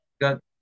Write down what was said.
got